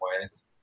ways